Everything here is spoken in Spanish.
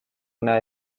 una